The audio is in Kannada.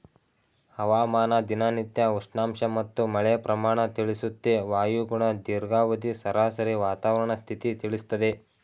ಹವಾಮಾನ ದಿನನಿತ್ಯ ಉಷ್ಣಾಂಶ ಮತ್ತು ಮಳೆ ಪ್ರಮಾಣ ತಿಳಿಸುತ್ತೆ ವಾಯುಗುಣ ದೀರ್ಘಾವಧಿ ಸರಾಸರಿ ವಾತಾವರಣ ಸ್ಥಿತಿ ತಿಳಿಸ್ತದೆ